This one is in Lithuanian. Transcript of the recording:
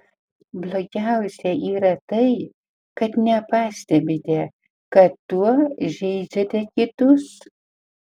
blogiausia yra tai kad nepastebite kad tuo žeidžiate kitus